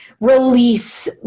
release